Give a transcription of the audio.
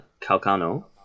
Calcano